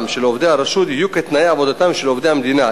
של עובדי הרשות יהיו כתנאי עבודתם של עובדי המדינה.